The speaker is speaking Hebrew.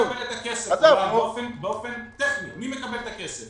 מי מקבל את הכסף באופן טכני, מי מקבל את הכסף?